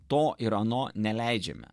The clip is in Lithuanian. to ir ano neleidžiame